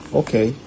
okay